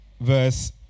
Verse